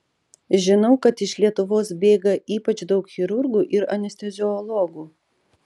žinau kad iš lietuvos bėga ypač daug chirurgų ir anesteziologų